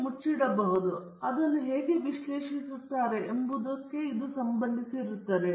ಹಾಗಾಗಿ ಜನರು graphene sheet ಹೇಗೆ ಮತ್ತು ಹೇಗೆ ಅದನ್ನು ಮುಚ್ಚಿಡಬಹುದು ಮತ್ತು ಹೇಗೆ ಅದನ್ನು ವಿಶ್ಲೇಷಿಸುತ್ತಾರೆ ಎಂಬುದನ್ನು ಸಂಬಂಧಿಸಿರುತ್ತದೆ